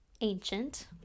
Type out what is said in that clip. ancient